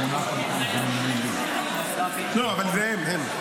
--- לא, אבל זה הם, הם.